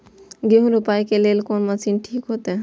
गेहूं रोपाई के लेल कोन मशीन ठीक होते?